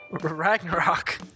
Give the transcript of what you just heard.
Ragnarok